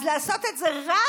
אז לעשות את זה רק